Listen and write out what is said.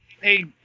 Hey